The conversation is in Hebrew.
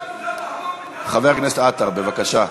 חבר הכנסת עטר, בבקשה.